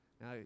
Now